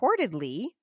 reportedly